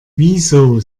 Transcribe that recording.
wieso